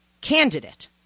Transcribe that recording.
candidate